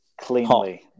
cleanly